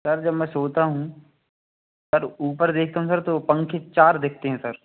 sir जब मैं सोता हूँ सर ऊपर देखता हूँ सर तो पंखे चार दिखते हैं सर